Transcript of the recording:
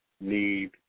need